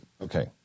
Okay